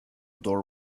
door